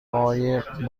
قایق